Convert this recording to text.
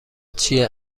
چیه